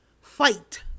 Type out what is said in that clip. fight